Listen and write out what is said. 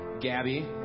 gabby